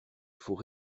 faut